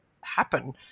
happen